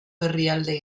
herrialde